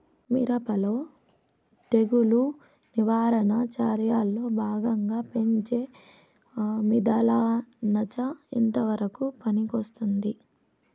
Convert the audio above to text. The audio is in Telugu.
మిరప లో తెగులు నివారణ చర్యల్లో భాగంగా పెంచే మిథలానచ ఎంతవరకు పనికొస్తుంది?